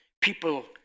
People